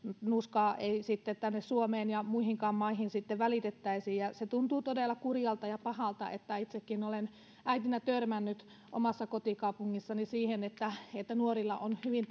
ei tänne suomeen ja muihinkaan maihin sitten välitettäisi se tuntuu todella kurjalta ja pahalta että itsekin olen äitinä törmännyt omassa kotikaupungissani siihen että että nuorilla on hyvin